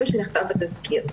זה מה שנכתב בתזכיר.